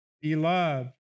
beloved